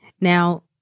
Now